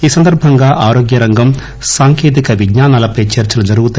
ఈ సందర్బంగా ఆరోగ్యరంగం సాంకేతిక విజ్ఞానాలపై చర్చలు జరుగుతాయి